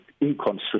inconsistent